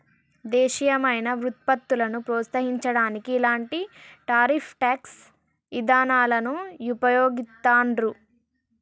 దేశీయమైన వుత్పత్తులను ప్రోత్సహించడానికి ఇలాంటి టారిఫ్ ట్యేక్స్ ఇదానాలను వుపయోగిత్తండ్రు